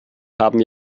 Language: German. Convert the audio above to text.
haben